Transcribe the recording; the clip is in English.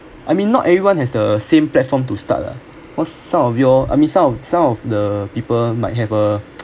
I mean not everyone has the same platform to start ah because some of your I mean some of some of the people might have a